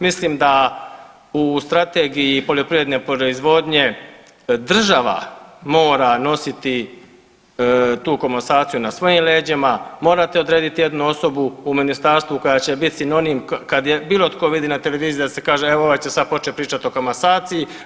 Mislim da u Strategiji poljoprivredne proizvodnje država mora nositi tu komasaciju na svojim leđima, morate odrediti jednu osobu u ministarstvu koja će bit sinonim kad je bilo tko vidi na televiziji da se kaže e evo ovaj će sad počet pričati o komasaciji.